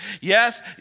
Yes